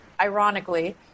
ironically